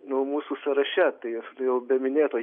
nu mūsų sąraše tai aš jau be minėto